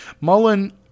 Mullen